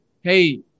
Hey